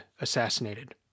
assassinated